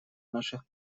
наших